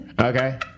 Okay